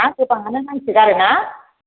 जा गोबांआनो नांसोगारो ना